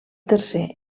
tercer